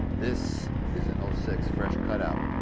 this is an ah six fresh cutout.